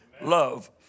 Love